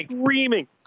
screaming